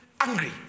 angry